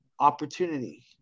opportunity